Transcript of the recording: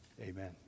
amen